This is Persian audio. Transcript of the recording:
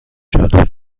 چادر